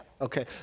Okay